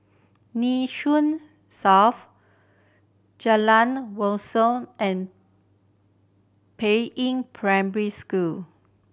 Nee Soon South Jalan Wat Siam and Peiying Primary School